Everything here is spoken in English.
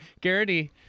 Garrity